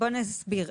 בוא נסביר.